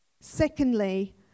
Secondly